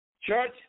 Church